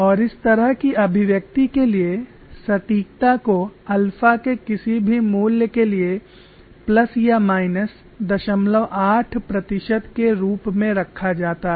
और इस तरह की अभिव्यक्ति के लिए सटीकता को अल्फा के किसी भी मूल्य के लिए प्लस या माइनस 08 प्रतिशत के रूप में रखा जाता है